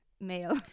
Male